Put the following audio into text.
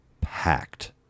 packed